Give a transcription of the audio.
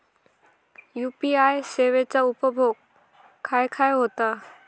UPI सेवेचा उपयोग खाय खाय होता?